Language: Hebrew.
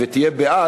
תהיו בעד,